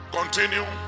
continue